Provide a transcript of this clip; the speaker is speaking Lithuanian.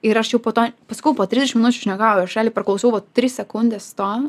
ir aš jau po to pasakau po trisdešim minučių aš nejuokauju aš realiai perklausiau vat tris sekundes to